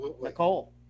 Nicole